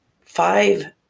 five